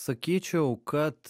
sakyčiau kad